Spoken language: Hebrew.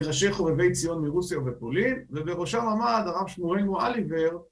ראשי חובבי ציון מרוסיה ופולין, ובראשם עמד הרב שמואל אליבר.